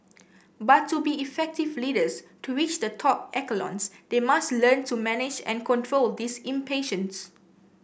but to be effective leaders to reach the top echelons they must learn to manage and control this impatience